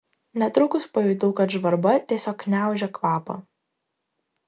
netrukus pajutau kad žvarba tiesiog gniaužia kvapą